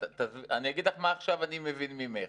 אני אומר לך מה עכשיו אני מבין ממך.